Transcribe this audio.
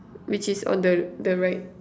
which is on the the right